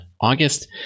August